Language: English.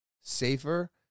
safer